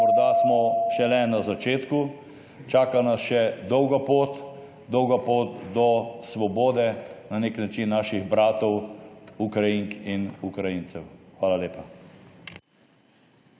Morda smo šele na začetku. Čaka nas še dolga pot, dolga pot do svobode na nek način naših bratov Ukrajink in Ukrajincev. Hvala lepa.